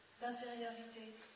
d'infériorité